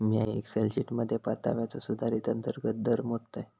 मिया एक्सेल शीटमध्ये परताव्याचो सुधारित अंतर्गत दर मोजतय